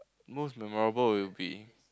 most memorable will be